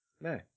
No